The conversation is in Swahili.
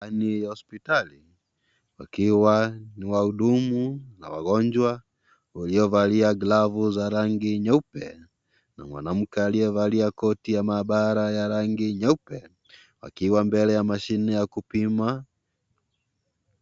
Ndani ya hospitali pakiwa ni wahudumu na wagonjwa walio valia glovu za rangi nyeupe na mwanamke alievalia koti ya maabara ya rangi nyeupe wakiwa mbele ya mashine ya kupima.